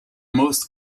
most